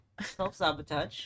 self-sabotage